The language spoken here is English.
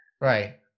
Right